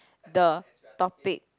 the topic